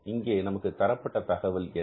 இங்கே நமக்கு தரப்பட்ட தகவல் என்ன